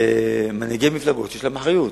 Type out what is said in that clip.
ומנהיגי מפלגות שיש להם אחריות